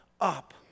up